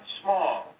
small